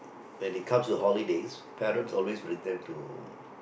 when it comes to holidays parents always bring them to